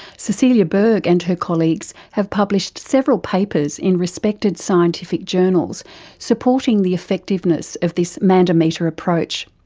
cecilia bergh and her colleagues have published several papers in respected scientific journals supporting the effectiveness of this mandometer approach.